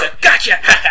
Gotcha